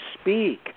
speak